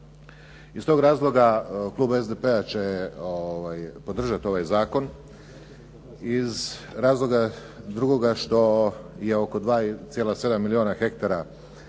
Iz tog razloga, klub SDP-a će podržati ovaj zakon, iz razloga drugoga što je oko 2,7 milijuna hektara